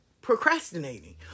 procrastinating